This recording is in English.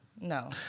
No